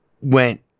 went